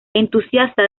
entusiasta